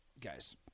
guys